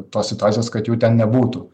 tos situacijos kad jų ten nebūtų